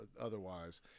otherwise